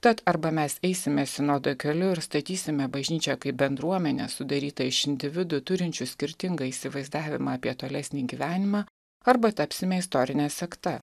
tad arba mes eisime sinodo keliu ir statysime bažnyčią kaip bendruomenę sudarytą iš individų turinčių skirtingą įsivaizdavimą apie tolesnį gyvenimą arba tapsime istorine sekta